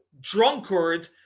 drunkard